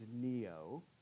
Neo